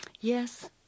Yes